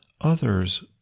others